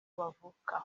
bavuka